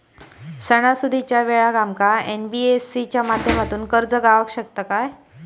सणासुदीच्या वेळा आमका एन.बी.एफ.सी च्या माध्यमातून कर्ज गावात शकता काय?